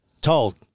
told